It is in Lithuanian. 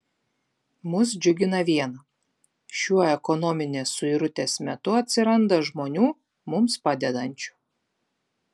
mus džiugina viena šiuo ekonominės suirutės metu atsiranda žmonių mums padedančių